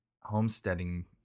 homesteading